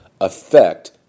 affect